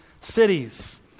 Cities